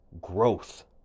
growth